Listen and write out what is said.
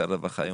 שר רווחה,